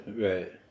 right